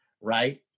right